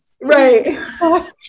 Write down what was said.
Right